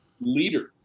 leader